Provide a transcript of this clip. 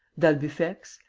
d'albufex,